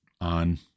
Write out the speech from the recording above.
on